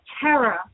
terror